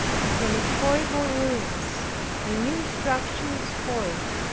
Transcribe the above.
and from its horrible ruins a new structure is formed,